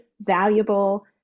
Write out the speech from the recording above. valuable